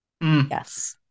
Yes